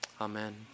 Amen